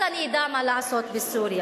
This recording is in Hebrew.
אז אני אדע מה לעשות בסוריה.